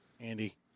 Andy